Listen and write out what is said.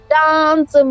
dance